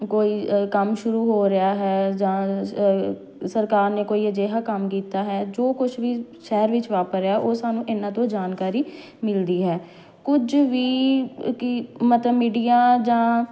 ਕੋਈ ਕੰਮ ਸ਼ੁਰੂ ਹੋ ਰਿਹਾ ਹੈ ਜਾਂ ਸਰਕਾਰ ਨੇ ਕੋਈ ਅਜਿਹਾ ਕੰਮ ਕੀਤਾ ਹੈ ਜੋ ਕੁਛ ਵੀ ਸ਼ਹਿਰ ਵਿੱਚ ਵਾਪਰ ਰਿਹਾ ਆ ਉਹ ਸਾਨੂੰ ਇਹਨਾਂ ਤੋਂ ਜਾਣਕਾਰੀ ਮਿਲਦੀ ਹੈ ਕੁਝ ਵੀ ਕਿ ਮਤਲਬ ਮੀਡੀਆ ਜਾਂ